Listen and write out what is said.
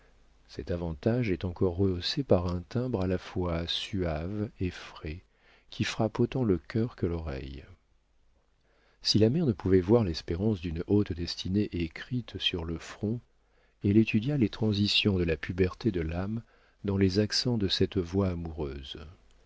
cet avantage est encore rehaussé par un timbre à la fois suave et frais qui frappe autant le cœur que l'oreille si la mère ne pouvait voir l'espérance d'une haute destinée écrite sur le front elle étudia les transitions de la puberté de l'âme dans les accents de cette voix amoureuse